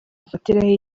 afatiraho